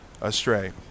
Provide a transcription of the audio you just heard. astray